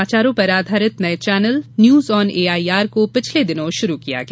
समाचारों पर आधारित नए चैनल न्यूज ऑन एआईआर को पिछले दिनों शुरू किया गया